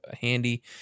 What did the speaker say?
handy